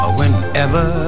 whenever